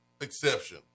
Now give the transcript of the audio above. exception